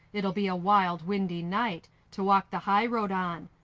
it'll be a wild, windy night. to walk the high road on.